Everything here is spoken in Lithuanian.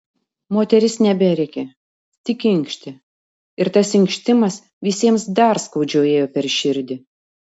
moteris neberėkė tik inkštė ir tas inkštimas visiems dar skaudžiau ėjo per širdį